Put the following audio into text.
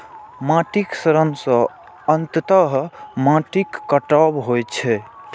माटिक क्षरण सं अंततः माटिक कटाव होइ छै